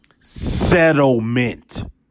settlement